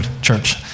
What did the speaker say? church